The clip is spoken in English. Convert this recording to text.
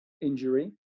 injury